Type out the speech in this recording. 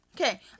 Okay